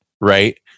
right